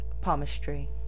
palmistry